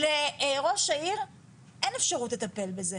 לראש העיר אין אפשרות לטפל בזה.